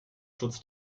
schutz